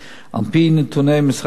על-פי נתוני משרד הבריאות,